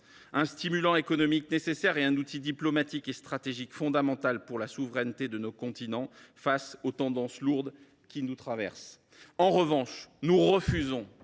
un stimulant économique nécessaire et un outil diplomatique et stratégique fondamental pour la souveraineté de notre continent face aux tendances lourdes qui nous traversent. En revanche, nous refusons